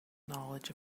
knowledge